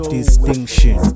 Distinction